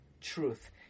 truth